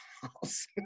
house